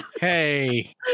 Hey